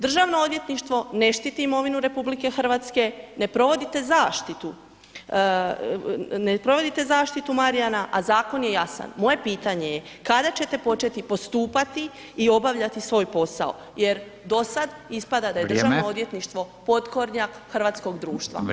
Državno odvjetništvo ne štiti imovinu RH, ne provodite zaštitu, ne provodite zaštitu Marjana, a zakon je jasan, moje pitanje je kada ćete početi postupati i obavljati svoj posao jer dosad ispada [[Upadica: Vrijeme]] da je državno odvjetništvo potkornjak hrvatskog društva [[Upadica: Vrijeme]] Hvala.